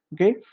okay